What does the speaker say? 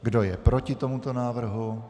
Kdo je proti tomuto návrhu?